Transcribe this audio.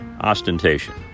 ostentation